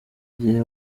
igihe